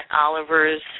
Oliver's